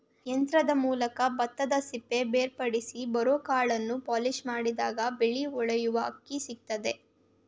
ಯಂತ್ರದ ಮೂಲಕ ಭತ್ತದಸಿಪ್ಪೆ ಬೇರ್ಪಡಿಸಿ ಬರೋಕಾಳನ್ನು ಪಾಲಿಷ್ಮಾಡಿದಾಗ ಬಿಳಿ ಹೊಳೆಯುವ ಅಕ್ಕಿ ಸಿಕ್ತದೆ